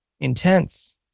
Intense